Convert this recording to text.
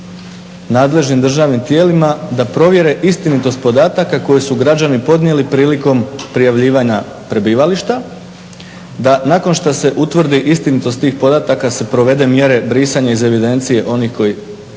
nadležnim državnim tijelima da provjere istinitost podataka koje su građani podnijeli prilikom prijavljivanja prebivališta da nakon što se utvrdi istinitost tih podataka se provede mjere brisanja iz evidencije onih koji